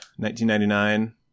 1999